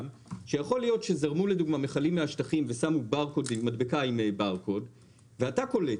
כי יכול להיות שזרמו מכלים מהשטחים ושמו מדבקה עם ברקוד ואתה קולט.